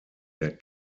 der